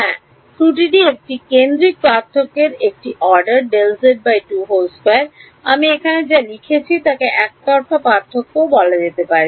হ্যাঁ ত্রুটিটি একটি কেন্দ্রিক পার্থক্যের একটি অর্ডার Δz 2 2 আমি এখানে যা লিখেছি তাকে একতরফা পার্থক্য ওকে বলা হয়